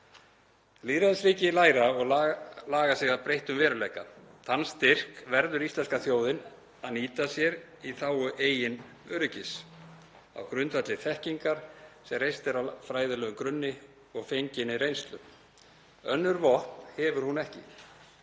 Lýðræðisríki læra og laga sig að breyttum veruleika. Þann styrk verður íslenska þjóðin að nýta sér í þágu eigin öryggis, á grundvelli þekkingar sem reist er á fræðilegum grunni og fenginni reynslu. Önnur vopn hefur hún ekki.